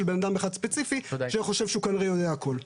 בן אדם אחד ספציפי שחושב שהוא כנראה יודע הכול.